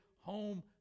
home